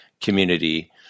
community